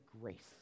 grace